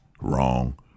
Wrong